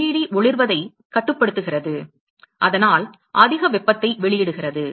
LED ஒளிர்வதை கட்டுப்படுத்துகிறது அதனால் அதிக வெப்பத்தை வெளியிடுகிறது